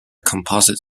composite